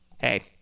hey